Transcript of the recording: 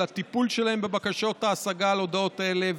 הטיפול שלהם בבקשות ההשגה על הודעות האלה,